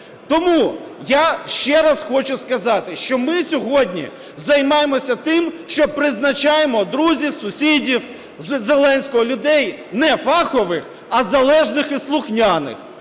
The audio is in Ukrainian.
Тому я ще раз хочу сказати, що ми сьогодні займаємося тим, що призначаємо друзів, сусідів Зеленського, людей не фахових, а залежних і слухняних.